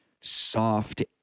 soft